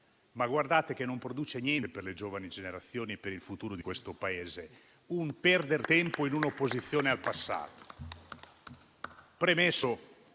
ma guardate che non produce niente per le giovani generazioni e per il futuro di questo Paese. È un perder tempo in un'opposizione al passato.